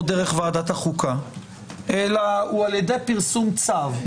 דרך ועדת החוקה אלא הוא על ידי פרסום צו.